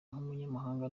nk’umunyamahanga